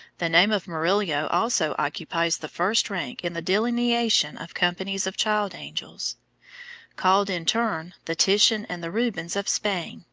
the name of murillo also occupies the first rank in the delineation of companies of child-angels. called in turn the titian and the rubens of spain,